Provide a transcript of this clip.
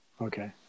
Okay